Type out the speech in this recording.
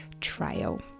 trial